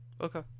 Okay